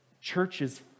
churches